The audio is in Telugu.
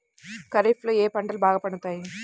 ఖరీఫ్లో ఏ పంటలు బాగా పండుతాయి?